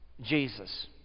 Jesus